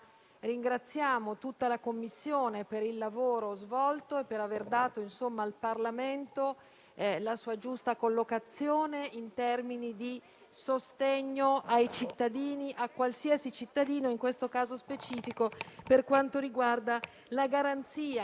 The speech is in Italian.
Ringraziamo tutta la Commissione per il lavoro svolto e per aver dato al Parlamento la sua giusta collocazione in termini di sostegno ai cittadini, a qualsiasi cittadino, in questo caso specifico per quanto riguarda la garanzia